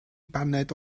baned